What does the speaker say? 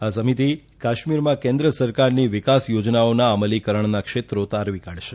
આ સમિતી કાશ્મીરમાં કેન્દ્ર સરકારની વિકાસ યોજનાઓના અમલીકરણના ક્ષેત્રો તારવી કાઢશે